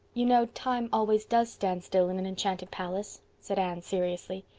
you know time always does stand still in an enchanted palace, said anne seriously.